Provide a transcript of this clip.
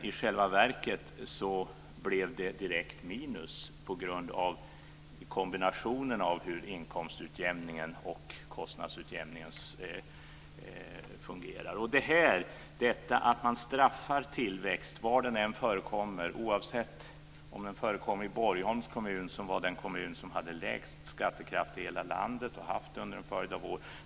I själva verket blev det ett minus på grund av kombinationen mellan hur inkomstutjämningen och kostnadsutjämningen fungerar. Man straffar alltså tillväxt var den än förekommer. Borgholm var den kommun som hade lägst skattekraft i hela landet.